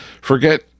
forget